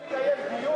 כאלה דברים לא נכונים.